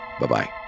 Bye-bye